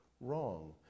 wrong